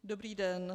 Dobrý den.